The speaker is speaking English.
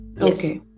okay